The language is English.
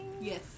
Yes